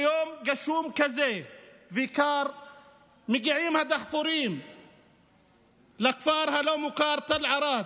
ביום גשום כזה וקר מגיעים הדחפורים לכפר הלא-מוכר תל ערד,